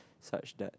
such that